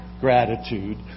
gratitude